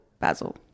Basil